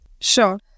Sure